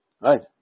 right